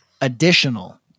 additional